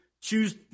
choose